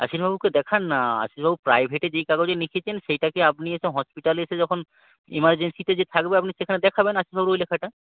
আশীষবাবুকে দেখান না আশীষবাবু প্রাইভেটে যেই কাগজে লিখেছেন সেইটাকে আপনি এসে হসপিটালে এসে যখন এমার্জেন্সিতে যে থাকবে আপনি সেখানে দেখাবেন আশীষবাবুর ওই লেখাটা